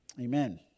Amen